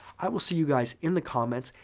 i will see you guys in the comments.